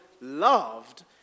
loved